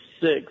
six